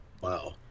Wow